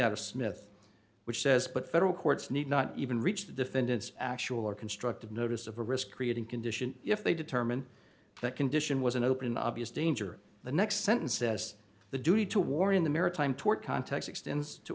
out of smith which says but federal courts need not even reach the defendant's actual or constructive notice of a risk creating condition if they determine that condition was an open obvious danger the next sentence says the duty to warn the maritime tort context extends to